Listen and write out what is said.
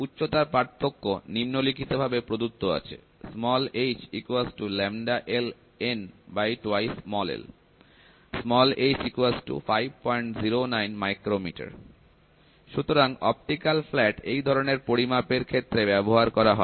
উচ্চতার পার্থক্য নিন্মলিখিতভাবে প্রদত্ত আছে h λLN2l h 0509×30×101000×2×15509 µm সুতরাং অপটিক্যাল ফ্ল্যাট এই ধরনের পরিমাপের ক্ষেত্রে ব্যবহার করা হয়